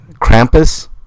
Krampus